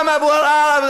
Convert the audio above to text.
גם אבו עראר,